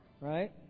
right